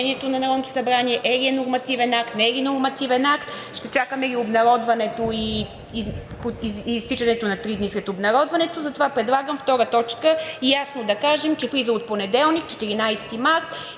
на Народното събрание – е ли е нормативен акт, не е ли нормативен акт, ще чакаме обнародването и изтичането на три дни след обнародването. Затова предлагам ясно да кажем, че втора точка влиза от понеделник – 14 март,